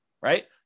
right